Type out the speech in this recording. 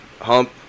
hump